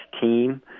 team